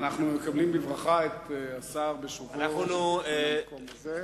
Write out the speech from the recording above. אנחנו מקבלים בברכה את השר בשובו למקום הזה.